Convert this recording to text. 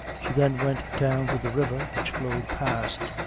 she then went down to the river which flowed past,